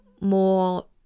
more